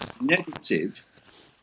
negative